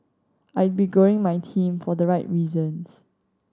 I'd be growing my team for the right reasons